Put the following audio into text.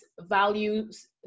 values